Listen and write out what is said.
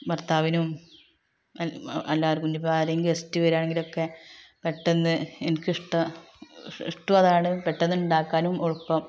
ഭർത്താവിനും എല്ലാവർക്കും ഇനിയിപ്പോള് ആരെങ്കിലും ഗസ്റ്റ് വരുകയാണെങ്കിലൊക്കെ പെട്ടെന്ന് എനിക്ക് ഇഷ്ടവും അതാണ് പെട്ടെന്ന് ഉണ്ടാക്കാനും എളുപ്പം